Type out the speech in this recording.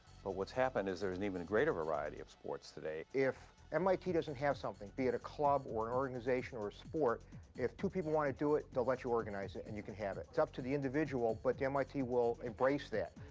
but what's happened is there's an even greater variety of sports today. if mit doesn't have something be it a club or organization or sport if two people want to do it, they'll let you organize it, and you can have it. it's up to the individual, but mit will embrace that.